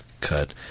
cut